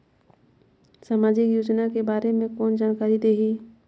समाजिक योजना के बारे मे कोन जानकारी देही?